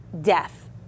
death